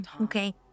Okay